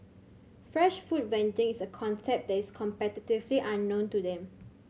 fresh food vending is a concept that is completely unknown to them